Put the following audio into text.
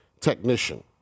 technician